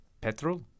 Petrol